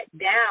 down